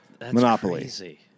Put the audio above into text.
monopoly